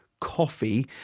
coffee